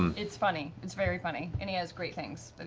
um it's funny. it's very funny. and he has great things but